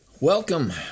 Welcome